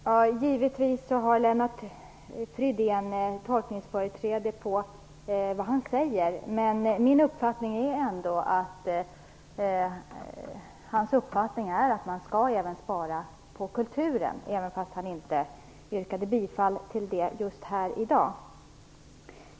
Herr talman! Givetvis har Lennart Fridén tolkningsföreträde på det han säger. Men min uppfattning är ändå att han tycker att man även skall spara på kulturen, fast han inte yrkade bifall till det just i dag.